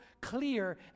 clear